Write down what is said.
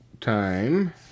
time